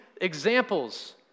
examples